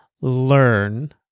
learn